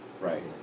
right